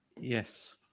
Yes